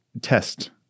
test